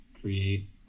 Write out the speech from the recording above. create